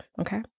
okay